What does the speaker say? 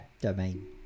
domain